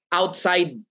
outside